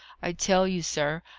i tell you, sir,